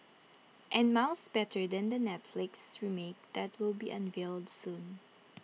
and miles better than the Netflix remake that will be unveiled soon